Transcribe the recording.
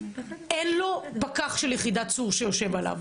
אין לו פקח של יחידת צור שיושב עליו.